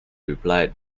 replied